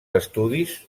estudis